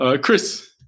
Chris